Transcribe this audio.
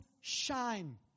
shine